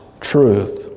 truth